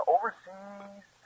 Overseas